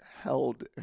held